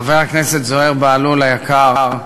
חבר הכנסת זוהיר בהלול היקר,